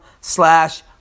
slash